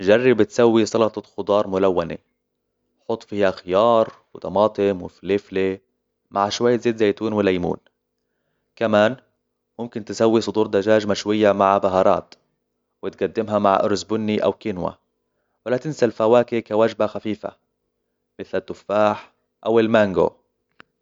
جرب تسوي سلطه خضار ملونة حط فيها خيار وطماطم وفلفله مع شوية الزيتون والليمون كمان ممكن تسوي صدور دجاج مشوية مع بهارات وتقدمها مع أرز بني أو كينوة ولا تنسى الفواكه كواجبة خفيفة مثل التفاح أو المانجو